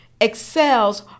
excels